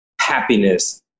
happiness